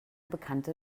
bekannte